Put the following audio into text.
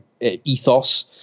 ethos